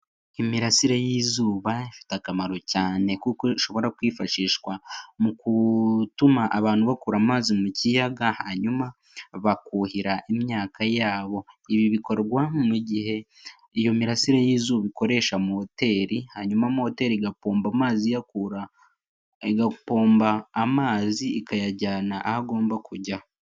Imirasire y'izuba ifite akamaro cyane kuko ishobora kwifashishwa mu gutuma abantu bakora amazi mu kiyaga, hanyuma bakuhira imyaka yabo. Ibi bikorwa mu gihe iyo mirasire y'izuba ikoresha moteri, hanyuma moteri igapomba amazi ikayajyana aho agomba kujya.